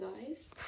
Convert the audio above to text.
guys